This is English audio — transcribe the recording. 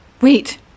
Wait